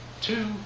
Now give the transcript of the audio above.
two